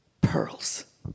pearls